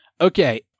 Okay